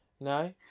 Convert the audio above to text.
No